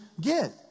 get